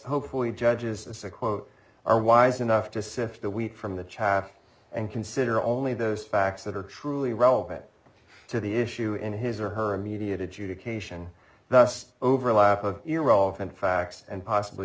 hopefully judges acyclovir are wise enough to sift the wheat from the chaff and consider only those facts that are truly relevant to the issue in his or her immediate adjudication thus overlap of irrelevant facts and possibly